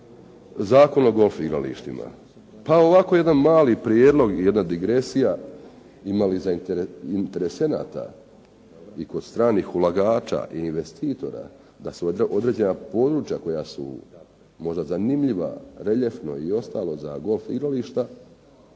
Zakon o golf igralištima. Pa ovako jedan mali prijedlog, jedna digresija, ima li interesenata i kod stranih ulagača i investitora da se određena područja koja su možda zanimljiva reljefno i ostalo za golf igrališta,